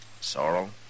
Sorrow